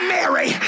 Mary